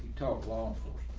talk long for